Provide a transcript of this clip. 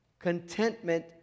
Contentment